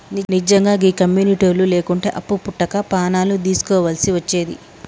నిజ్జంగా గీ కమ్యునిటోళ్లు లేకుంటే అప్పు వుట్టక పానాలు దీస్కోవల్సి వచ్చేది